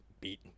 beat